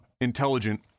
intelligent